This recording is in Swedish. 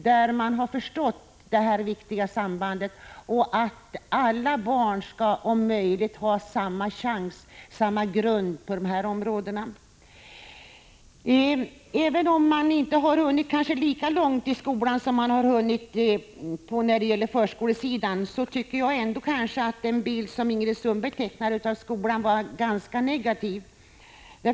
Där har man verkligen förstått detta viktiga samband och inser att alla barn om möjligt skall få samma chans, samma grund på de här områdena. Även om man kanske inte har hunnit lika långt i skolan som på förskolesidan, tycker jag ändå att den bild som Ingrid Sundberg tecknade av skolan var ganska negativ.